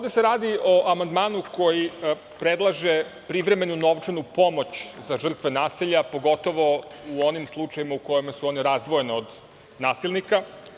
se radi o amandmanu koji predlaže privremenu novčanu pomoć za žrtve nasilja, pogotovo u onim slučajevima u kojima su one razdvojene od nasilnika.